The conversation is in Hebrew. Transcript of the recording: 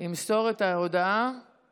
ימסור את ההודעה